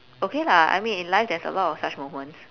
okay lah I mean in life there's a lot of such moments